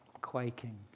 quaking